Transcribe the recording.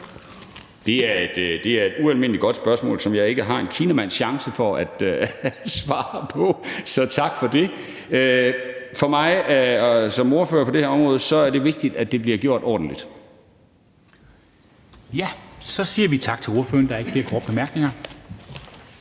Det er et ualmindelig godt spørgsmål, som jeg ikke har en kinamands chance for at svare på. Så tak for det. For mig som ordfører på det her område er det vigtigt, at det bliver gjort ordentligt. Kl. 21:22 Formanden (Henrik Dam Kristensen): Så siger vi tak til ordføreren. Der er ikke flere korte bemærkninger.